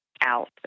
out